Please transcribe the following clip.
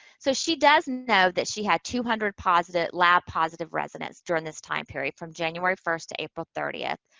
so, she does know that she had two hundred positive, lab positive residents during this time period, from january first to april thirtieth.